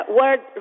word